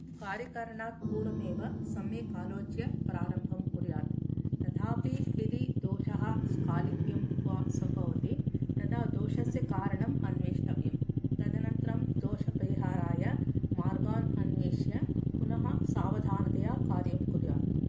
कार्यकरणात् पूर्वमेव सम्यक् आलोच्य प्रारम्भं कुर्यात् तथापि यदि दोषः स्खालित्यं वा सम्भवति तदा दोषस्य कारणं अन्वेष्टव्यं तदनन्तरं दोषपरिहाराय मार्गान् अविश्य पुनः सावधानतया कार्यं कुर्यात्